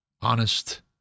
honest